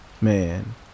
man